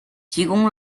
提供